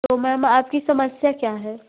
तो मैम आपकी समस्या क्या है